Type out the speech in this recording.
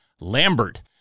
Lambert